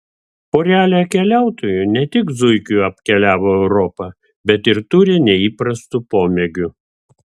porelė keliautojų ne tik zuikiu apkeliavo europą bet ir turi neįprastų pomėgių